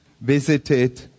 visited